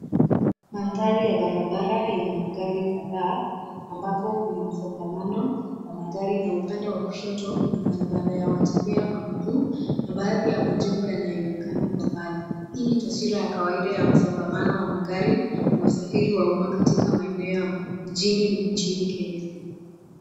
Mandhari ya barabara yenye magari kadhaa, ambapo kuna msongamano wa magari, na upande wa kushoto kuna barabara ya watembea kwa miguu, na baadhi ya majengo yanayoonekana kwa mbali. Hii ni taswira ya kawaida ya msongamano wa magari na usafiri wa uma katika maeneo ya mjini nchini Kenya.